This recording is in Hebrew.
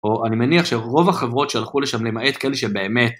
או אני מניח שרוב החברות שהלכו לשם למעט כאלה שבאמת